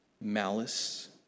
malice